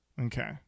Okay